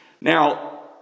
Now